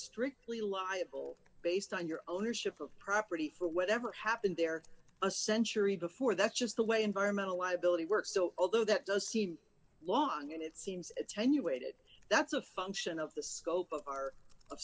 strictly liable based on your ownership of property for whatever happened there a century before that's just the way environmental liability works so although that does seem long and it seems attenuated that's a function of the scope of our